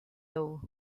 thought